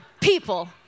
people